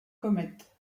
comètes